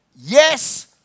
Yes